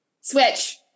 switch